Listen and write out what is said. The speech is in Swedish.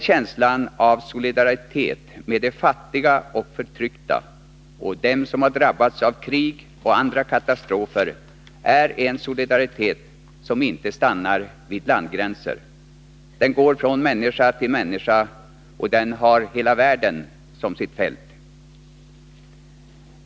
Känslan av solidaritet med de fattiga och förtryckta och med dem som drabbats av krig och andra katastrofer är en solidaritet som inte stannar vid landgränser. Den går från människa till människa, och den har hela världen som sitt fält.